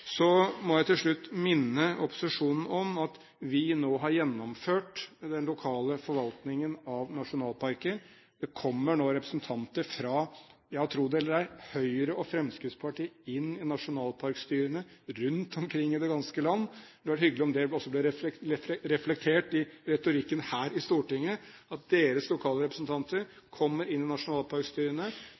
Så må jeg til slutt minne opposisjonen på at vi nå har gjennomført den lokale forvaltningen av nasjonalparker. Det kommer nå representanter fra – tro det eller ei – Høyre og Fremskrittspartiet inn i nasjonalparkstyrene rundt omkring i det ganske land. Det hadde vært hyggelig om det også ble reflektert i retorikken her i Stortinget, at deres lokale representanter kommer inn i nasjonalparkstyrene.